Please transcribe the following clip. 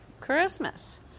Christmas